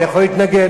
אני יכול להתנגד.